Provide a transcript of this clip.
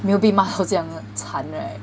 没有被骂到这样惨 right